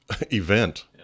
event